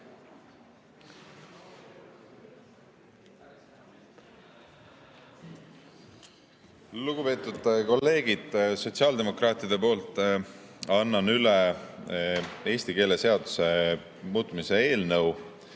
Lugupeetud kolleegid! Sotsiaaldemokraatide nimel annan üle eesti keele seaduse muutmise eelnõu.